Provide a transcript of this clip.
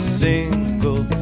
single